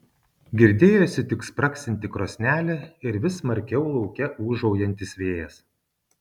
girdėjosi tik spragsinti krosnelė ir vis smarkiau lauke ūžaujantis vėjas